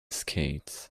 skates